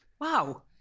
Wow